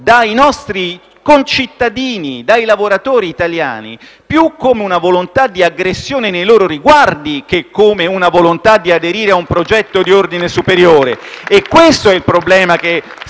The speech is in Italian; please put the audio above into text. dai nostri concittadini, dai lavoratori italiani, più come una volontà di aggressione nei loro riguardi, che come una volontà di aderire a un progetto di ordine superiore. *(Applausi